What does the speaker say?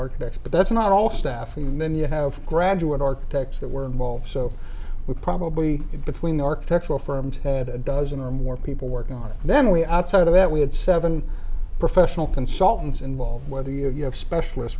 architects but that's not all staff and then you have graduate architects that were involved so we're probably in between the architectural firms had a dozen or more people working on it then we outside of that we had seven professional consultants involved whether you have specialist